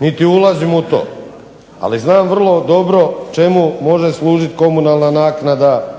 niti ulazim u to, ali znam vrlo dobro čemu može služiti komunalna naknada,